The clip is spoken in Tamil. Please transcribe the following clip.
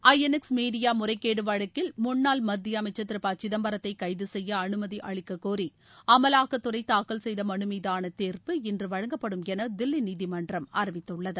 ஐஎன்எக்ஸ் மீடியா முறைகேடு வழக்கில் முன்னாள் மத்திய அமைச்சர் திரு ப சிதம்பரத்தை கைது செய்ய அனுமதி அளிக்கக்கோரி அமலாக்கத்துறை தாக்கல் செய்த மனு மீதாள தீர்ப்பு இன்று வழங்கப்படும் என தில்லி நீதிமன்றம் அறிவித்துள்ளது